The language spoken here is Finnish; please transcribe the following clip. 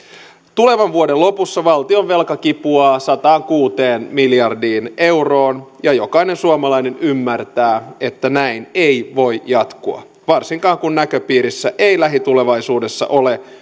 tulevan vuoden lopussa valtionvelka kipuaa sataankuuteen miljardiin euroon ja jokainen suomalainen ymmärtää että näin ei voi jatkua varsinkaan kun näköpiirissä ei lähitulevaisuudessa ole